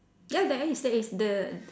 ya there is there is the